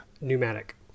Pneumatic